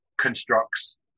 constructs